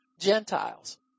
Gentiles